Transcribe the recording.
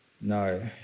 no